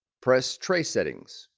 press tray settings.